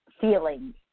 feeling